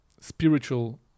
spiritual